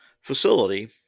facility